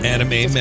Anime